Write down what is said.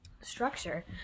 structure